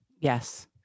Yes